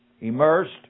immersed